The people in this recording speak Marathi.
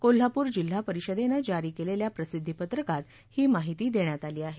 कोल्हापूर जिल्हा परिषदेनं जारी केलेल्या प्रसिद्धीपत्रकात ही माहिती देण्यात आली आहे